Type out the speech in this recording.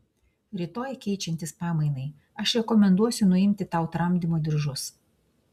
rytoj keičiantis pamainai aš rekomenduosiu nuimti tau tramdymo diržus